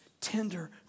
tender